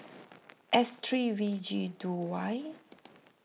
S three V G two Y